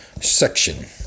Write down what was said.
section